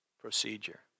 procedure